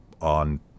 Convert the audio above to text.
on